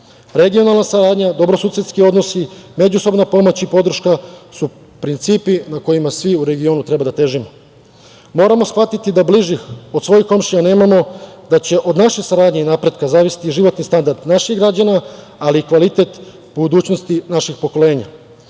Regionalna saradnja, dobrosusedski odnosi, međusobna pomoć i podrška su principi na kojima svi u regionu treba da težimo. Moramo shvatiti da bližih od svojih komšija nemamo, da će od naše saradnje i napretka zavisiti životni standard naših građana, ali i kvalitet budućnosti naših pokolenja. Ovde